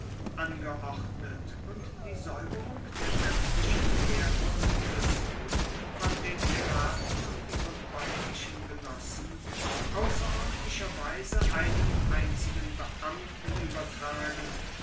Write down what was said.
angeordnet und die säuberung der sämtlichen meere und küsten von den piraten und ihren pontischen genossen außerordentlicherweise einem einzigen beamten übertragen